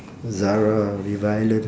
zara river island